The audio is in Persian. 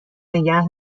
نگه